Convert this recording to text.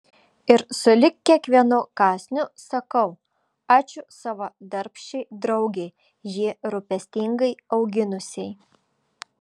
ir sulig kiekvienu kąsniu sakau ačiū savo darbščiai draugei jį rūpestingai auginusiai